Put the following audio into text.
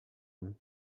him